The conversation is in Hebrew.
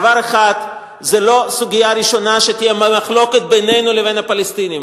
דבר אחד: זו לא הסוגיה הראשונה שתהיה בה מחלוקת בינינו לבין הפלסטינים.